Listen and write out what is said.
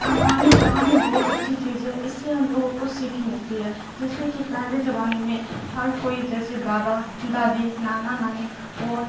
کہانی کہانی بہت اچھی چیز ہے اس سے ہم لوگوں کو سیکھ ملتی ہے جیسے کہ پہلے زمانے میں ہر کوئی جیسے دادا دادی نانا نانی اور